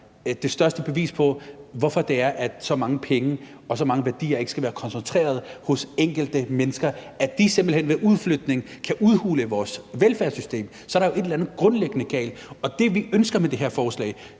det største bevis på, hvorfor det er, at så mange penge og så mange værdier ikke skal være koncentreret hos enkelte mennesker, så de simpelt hen ved udflytning kan udhule vores velfærdssystem. Så er der jo et eller andet grundlæggende galt. Det, vi ønsker med det her forslag,